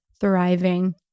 thriving